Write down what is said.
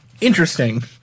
interesting